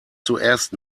zuerst